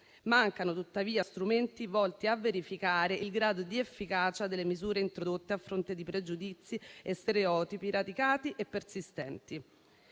Mancano tuttavia strumenti volti a verificare il grado di efficacia delle misure introdotte a fronte di pregiudizi e stereotipi radicati e persistenti.